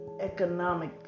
Economic